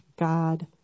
God